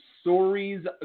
stories